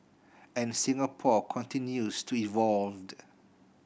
and Singapore continues to evolve